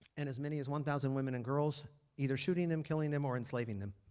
and as many as one thousand women and girls either shooting them killing them or enslaving them.